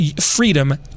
freedom